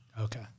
Okay